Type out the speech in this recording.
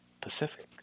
Pacific